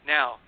Now